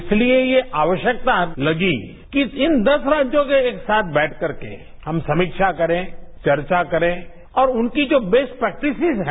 इसलिए ये आवश्यकता लगी कि इन दस राप्यों के एक साथ बैठकर के हम समीवा करें चर्चा करें और उनकी जो बेस्ट प्रेक्टिसेज है